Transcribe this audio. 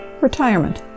Retirement